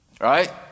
Right